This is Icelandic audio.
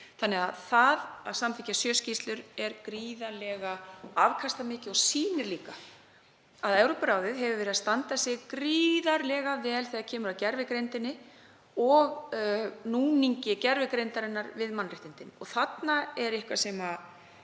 þannig að það að samþykkja sjö skýrslur er gríðarlega afkastamikið verk og sýnir líka að Evrópuráðið hefur staðið sig gríðarlega vel þegar kemur að gervigreind og núningi gervigreindarinnar við mannréttindin. Þarna er eitthvað sem við